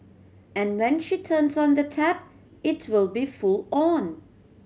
and when she turns on the tap it will be full on